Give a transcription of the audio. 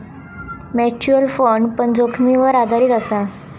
mutual fund पण जोखीमीवर आधारीत असा